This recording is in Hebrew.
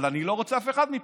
אבל אני לא רוצה אף אחד מפה,